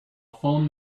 phone